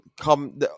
come